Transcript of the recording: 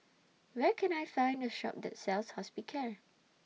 Where Can I Find A Shop that sells Hospicare